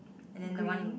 and then the one in